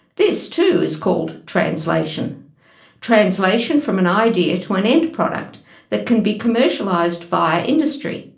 this, too, is called translation translation from an idea to an end product that can be commercialised via industry,